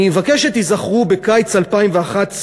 אני מבקש שתיזכרו בקיץ 2011,